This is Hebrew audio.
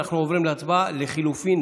אנחנו עוברים להצבעה על לחלופין